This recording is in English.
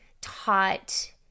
taught